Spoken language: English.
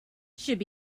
should